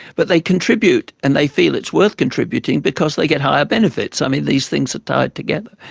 but they contribute and they feel it's worth contributing because they get higher benefits i mean, these things are tied together.